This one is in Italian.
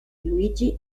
luigi